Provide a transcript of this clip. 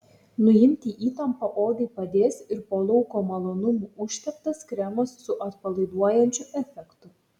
nuimti įtampą odai padės ir po lauko malonumų užteptas kremas su atpalaiduojančiu efektu